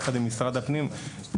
יחד עם משרד הפנים.